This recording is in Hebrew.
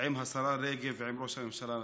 עם השרה רגב ועם ראש הממשלה נתניהו.